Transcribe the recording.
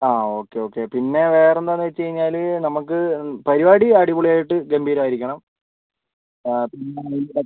okay okay പിന്നെ വേറെന്താന്ന് വെച്ച് കഴിഞ്ഞാൽ നമുക്ക് പരിപാടി അടിപൊളി ആയിട്ട് ഗംഭീരം ആയിരിക്കണം പിന്നെ